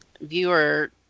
viewer